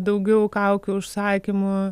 daugiau kaukių užsakymų